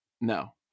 No